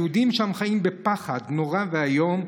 היהודים שם חיים בפחד נורא ואיום,